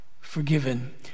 forgiven